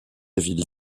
ville